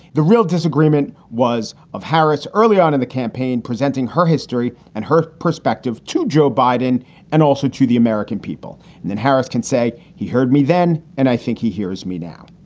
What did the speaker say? the real disagreement was of harris early on in the campaign, presenting her history and her perspective to joe biden and also to the american people. and then harris can say, he heard me then and i think he hears me now.